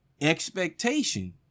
expectation